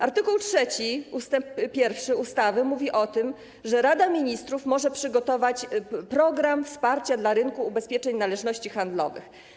Art. 3 ust. 1 ustawy mówi o tym, że Rada Ministrów może przygotować program wsparcia dla rynku ubezpieczeń należności handlowych.